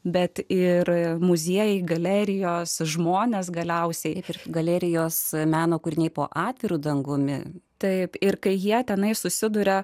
bet ir muziejai galerijos žmonės galiausiai galerijos meno kūriniai po atviru dangumi taip ir kai jie tenai susiduria